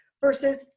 versus